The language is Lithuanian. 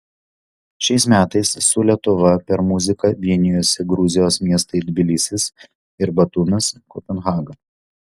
šiais metais su lietuva per muziką vienijosi gruzijos miestai tbilisis ir batumis kopenhaga